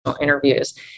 interviews